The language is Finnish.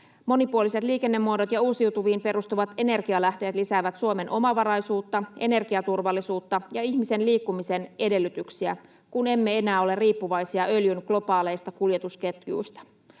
Monipuoliset liikennemuodot ja uusiutuviin perustuvat energialähteet lisäävät Suomen omavaraisuutta, energiaturvallisuutta ja ihmisten liikkumisen edellytyksiä, kun emme enää ole riippuvaisia öljyn globaaleista kuljetusketjuista.